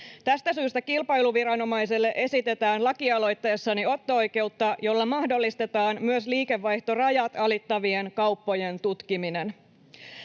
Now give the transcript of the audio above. Tästä syystä kilpailuviranomaiselle esitetään lakialoitteessani otto-oikeutta, jolla mahdollistetaan myös liikevaihtorajat alittavien kauppojen tutkiminen.